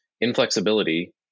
inflexibility